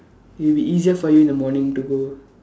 it will be easier for you in the morning to go